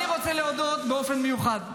אני רוצה להודות באופן מיוחד לחברתי,